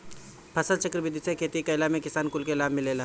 फसलचक्र विधि से खेती कईला में किसान कुल के लाभ मिलेला